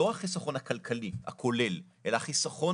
לא החיסכון הכלכלי הכולל אלא החיסכון